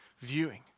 viewing